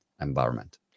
environment